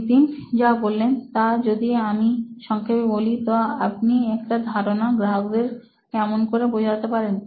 নীতিন যা বললেন তা যদি আমি সংক্ষেপে বলি তো আপনি একটা ধারনা গ্রাহককে কেমন করে বোঝাতে পারেন